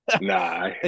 Nah